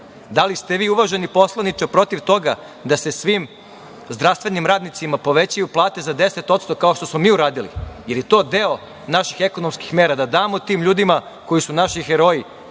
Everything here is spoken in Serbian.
li ste vi, uvaženi poslaniče, protiv toga da se svim zdravstvenim radnicima povećaju plate za 10%, kao što smo mi uradili, jer je to deo naših ekonomskih mera, da damo tim ljudima koji su naši heroji